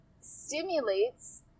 stimulates